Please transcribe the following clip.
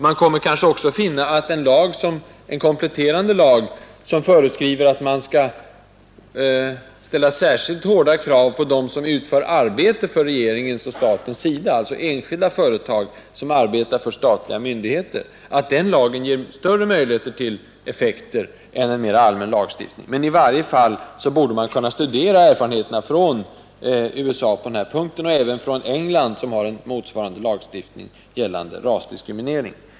Man kommer kanske också att finna att den kompletterande lag, som föreskriver att särskilt hårda krav skall ställas på de företag som utför arbete för statens räkning, ger större effekt än en mera allmän lagstiftning. Men i varje fall borde man kunna studera erfarenheterna från USA och även från England som har en motsvarande lagstiftning gällande rasdiskriminering.